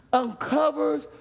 uncovers